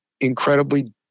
incredibly